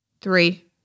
three